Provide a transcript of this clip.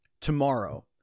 tomorrow